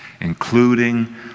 including